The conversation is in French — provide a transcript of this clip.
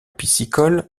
piscicole